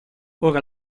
ora